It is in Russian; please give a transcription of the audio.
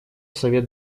совет